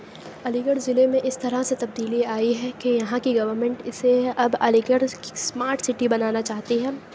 علی گڑھ ضلعے میں اس طرح سے تبدیلی آئی ہے کہ یہاں کی گورنمنٹ اسے اب علی گڑھ اسمارٹ سٹی بنانا چاہتی ہے